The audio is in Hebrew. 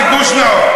כיבוש נאור.